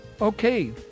Okay